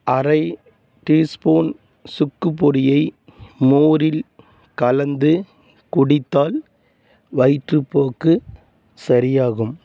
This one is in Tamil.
அரை டியூ ஸ்பூன் சுக்கு பொடியை மோரில் கலந்து குடித்தால் வயிற்றுப்போக்கு சரியாகும்